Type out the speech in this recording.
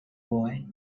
boy